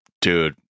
dude